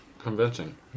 Convincing